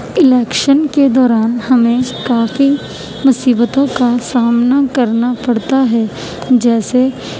election کے دوران ہمیں کافی مصیبتوں کا سامنا کرنا پڑتا ہے جیسے